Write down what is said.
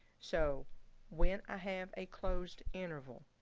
so when i have a closed interval,